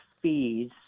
fees